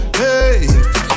hey